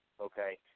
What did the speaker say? okay